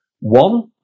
One